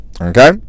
okay